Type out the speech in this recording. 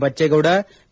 Bachegowda K